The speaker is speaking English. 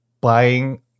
buying